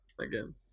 again